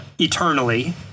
Eternally